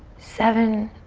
seven,